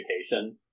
education